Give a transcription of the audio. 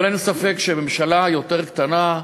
אבל אין ספק שממשלה יותר קטנה,